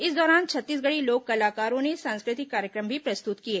इस दौरान छत्तीसगढ़ी लोक कलाकारों ने सांस्कृतिक कार्यक्रम भी प्रस्तुत किए